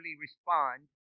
respond